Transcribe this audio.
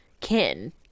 kin